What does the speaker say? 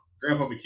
Grandpa